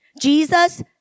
Jesus